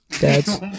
Dad's